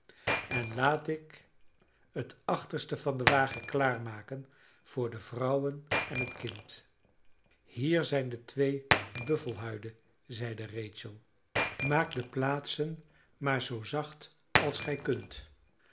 en laat ik het achterste van den wagen klaarmaken voor de vrouwen en het kind hier zijn de twee buffelhuiden zeide rachel maak de plaatsen maar zoo zacht als gij kunt